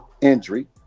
injury